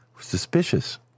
suspicious